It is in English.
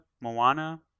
Moana